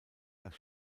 das